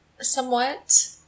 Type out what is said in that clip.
Somewhat